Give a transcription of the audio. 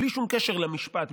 בלי שום קשר למשפט,